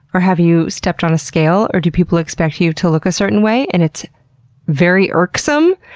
or have you stepped on a scale? or do people expect you you to look a certain way and it's very irksome?